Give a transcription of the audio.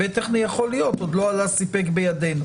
היבט טכני יכול להיות עוד לא היה סיפק בידינו.